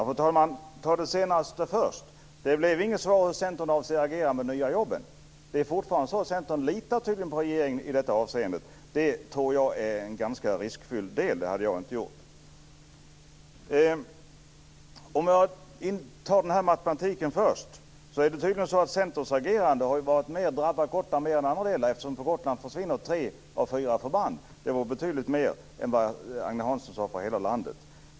Fru talman! Låt mig ta upp det senaste först. Det blev inget av de nya jobb som Centern agerade för. Centern litar tydligen fortfarande på regeringen i detta avseende. Jag tror att det är ganska riskfyllt. Det hade jag inte gjort. Vad gäller matematiken vill jag säga att Centerns agerande tydligen har drabbat Gotland mer än andra landsdelar, eftersom tre av fyra förband på Gotland försvinner. Det är betydligt mer än vad Agne Hansson talade om för hela landet.